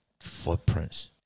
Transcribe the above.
footprints